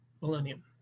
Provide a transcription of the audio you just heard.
millennium